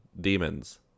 demons